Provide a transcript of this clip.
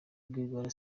rwigara